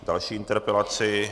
Další interpelace.